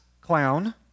clown